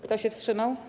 Kto się wstrzymał?